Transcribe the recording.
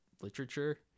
literature